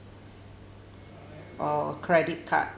uh credit card